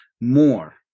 more